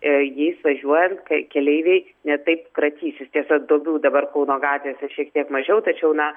jais važiuojant ka keleiviai ne taip kratysis tiesa duobių dabar kauno gatvėse šiek tiek mažiau tačiau na